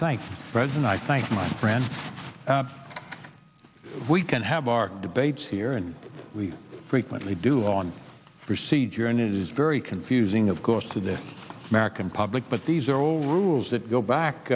think friends and i thank my friends we can have our debates here and we frequently do on procedure and it is very confusing of course to the american public but these are all rules that go back